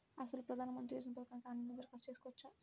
అసలు ప్రధాన మంత్రి యోజన పథకానికి ఆన్లైన్లో దరఖాస్తు చేసుకోవచ్చా?